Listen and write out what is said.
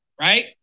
right